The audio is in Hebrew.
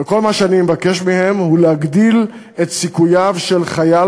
וכל מה שאני מבקש מכם הוא להגדיל את סיכויו של חייל